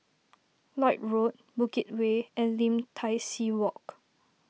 Lloyd Road Bukit Way and Lim Tai See Walk